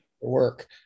work